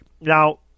Now